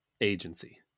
agency